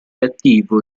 attivo